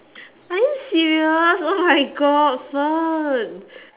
are you serious oh my god fern